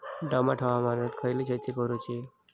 दमट हवामानात खयली शेती करूची?